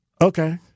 Okay